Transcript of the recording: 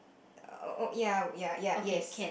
oh ya ya ya yes